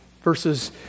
Verses